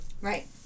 Right